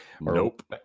Nope